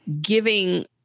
giving